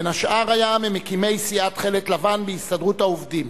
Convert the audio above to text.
בין השאר היה ממקימי סיעת "תכלת לבן" בהסתדרות העובדים.